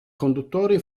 conduttori